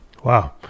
Wow